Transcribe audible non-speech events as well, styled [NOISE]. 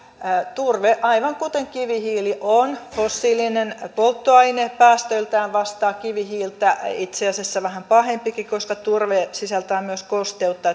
turve aivan kuten kivihiili on fossiilinen polttoaine päästöiltään vastaa kivihiiltä itse asiassa vähän pahempikin koska turve sisältää myös kosteutta [UNINTELLIGIBLE]